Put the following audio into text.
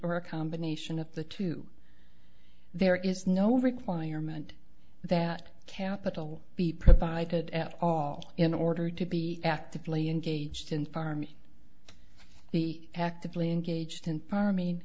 or a combination of the two there is no requirement that capital be provided at all in order to be actively engaged in farming the actively engaged in